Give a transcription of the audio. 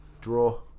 Draw